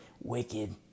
Wicked